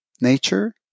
Nature